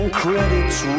credits